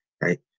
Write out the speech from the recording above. right